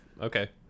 okay